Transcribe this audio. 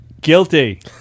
Guilty